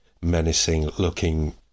menacing-looking